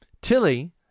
Tilly